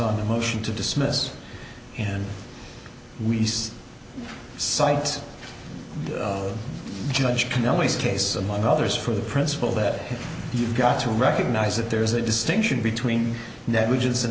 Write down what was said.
a motion to dismiss and we said cite judge can always case among others for the principle that you've got to recognize that there is a distinction between negligence an